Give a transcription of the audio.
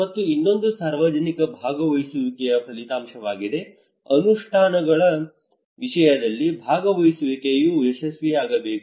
ಮತ್ತು ಇನ್ನೊಂದು ಸಾರ್ವಜನಿಕ ಭಾಗವಹಿಸುವಿಕೆಯ ಫಲಿತಾಂಶವಾಗಿದೆ ಅನುಷ್ಠಾನಗಳ ವಿಷಯದಲ್ಲಿ ಭಾಗವಹಿಸುವಿಕೆಯು ಯಶಸ್ವಿಯಾಗಬೇಕು